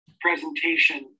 presentation